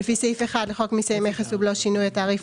לפי סעיף 1 לחוק מסי מכס ובלו (שינוי התעריף),